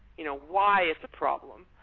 you know why is the problem.